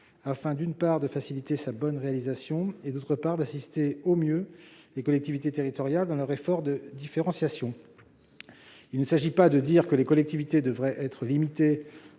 afin, d'une part, de faciliter sa bonne réalisation, et, d'autre part, d'assister au mieux les collectivités territoriales dans leur effort de différenciation. Il s'agit de dire non pas que les collectivités devraient être limitées